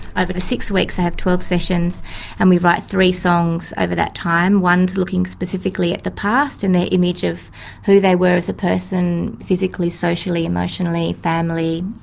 over the six weeks they have twelve sessions and we write three songs over that time. one is looking specifically at the past and their image of who they were as a person physically, socially, emotionally, family,